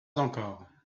encore